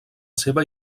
seva